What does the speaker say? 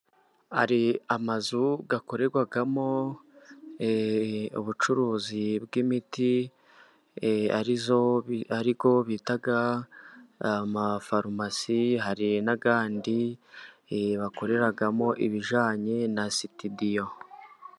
Hari amazu akorerwamo ubucuruzi bw'imiti ariyo bita amafarumasi, hari n'adi bakoreramo ibijyanye na sitidiyo.